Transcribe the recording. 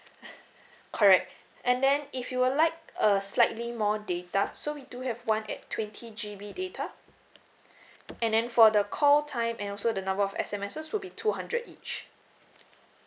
correct and then if you're like err slightly more data so we do have one at twenty G_B data and then for the call time and also the number of S_M_Ses will be two hundred each